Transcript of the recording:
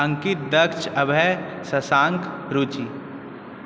Ankit Daksh Abhay Shashank Ruchi